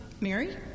Mary